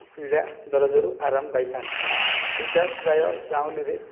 ପୀଡ଼ା ଦରଜରୁ ଆରାମ ପାଇଥାନ୍ତି ଏଇଟା ପ୍ରାୟ ଗାଉଁଲିରେ